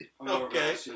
Okay